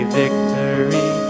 victory